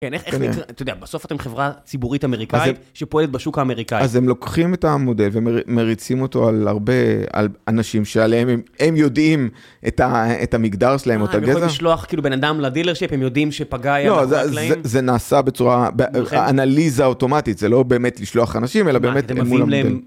איך, אתה יודע, בסוף אתם חברה ציבורית אמריקאית שפועלת בשוק האמריקאי. אז הם לוקחים את המודל ומריצים אותו על הרבה אנשים שעליהם הם יודעים את המגדר שלהם, או את הגזע. אה, הם יודעים לשלוח כאילו בן אדם ל-dealership, הם יודעים שפאגאיה מאחורי הקלעים? זה נעשה בצורה, באנליזה אוטומטית, זה לא באמת לשלוח אנשים, אלא באמת הם מול המודל.